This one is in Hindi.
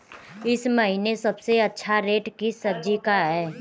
इस महीने सबसे अच्छा रेट किस सब्जी का है?